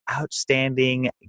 outstanding